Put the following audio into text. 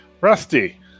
Rusty